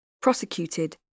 prosecuted